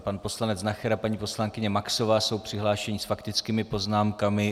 Pan poslanec Nacher a paní poslankyně Maxová jsou přihlášeni s faktickými poznámkami.